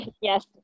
yes